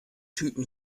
typen